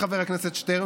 חבר הכנסת שטרן,